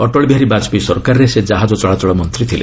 ଅଟଳ ବିହାରୀ ବାଜପେୟୀ ସରକାରରେ ସେ ଜାହାଜ ଚଳାଚଳ ମନ୍ତ୍ରୀ ଥିଲେ